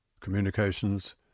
communications